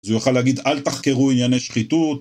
אז הוא יוכל להגיד: אל תחקרו ענייני שחיתות